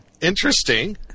Interesting